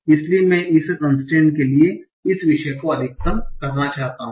इसलिए मैं इस कन्स्ट्रेन्ट के लिए इस विषय को अधिकतम करना चाहता हूं